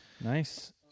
Nice